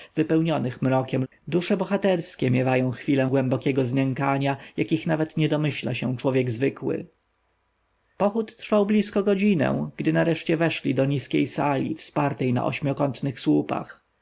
wypełnionych mrokiem lub ciemnością dusze bohaterskie miewają chwile głębokiego znękania jakich nawet nie domyśla się człowiek zwykły pochód trwał blisko godzinę gdy nareszcie weszli do niskiej sali wspartej na ośmiokątnych słupach